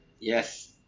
Yes